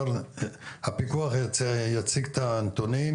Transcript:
היא די ישנה,